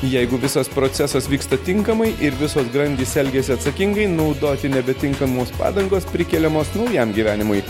jeigu visas procesas vyksta tinkamai ir visos grandys elgiasi atsakingai naudoti nebetinkamos padangos prikeliamos naujam gyvenimui